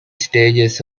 stages